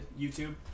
youtube